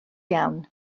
iawn